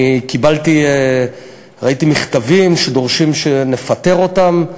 אני קיבלתי, ראיתי מכתבים שדורשים שנפטר אותם.